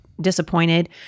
disappointed